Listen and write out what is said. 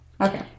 okay